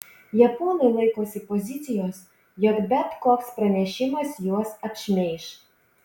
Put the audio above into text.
japonai laikosi pozicijos jog bet koks pranešimas juos apšmeiš